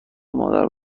مادر